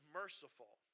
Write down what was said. merciful